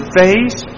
face